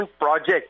project